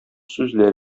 сүзләр